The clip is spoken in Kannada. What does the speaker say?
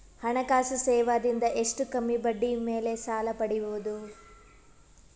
ಹಣಕಾಸು ಸೇವಾ ದಿಂದ ಎಷ್ಟ ಕಮ್ಮಿಬಡ್ಡಿ ಮೇಲ್ ಸಾಲ ಪಡಿಬೋದ?